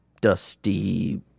dusty